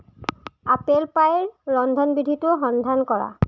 apple পাইৰ ৰন্ধনবিধিটো সন্ধান কৰা